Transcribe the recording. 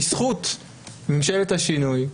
בזכות ממשלת השינוי,